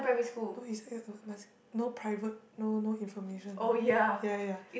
no it's weird must no private no no information ah ya ya